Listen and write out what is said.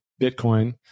Bitcoin